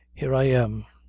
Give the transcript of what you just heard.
here i am.